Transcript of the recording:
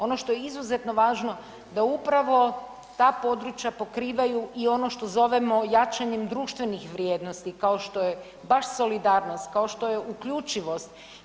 Ono što je izuzetno važno da upravo ta područja pokrivaju i ono što zovemo jačanjem društvenih vrijednosti, kao što je baš solidarnost, kao što je uključivost.